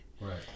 right